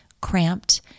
cramped